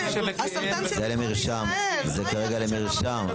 זה כרגע למרשם.